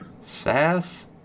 Sass